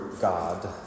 God